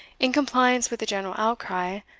in compliance with the general outcry,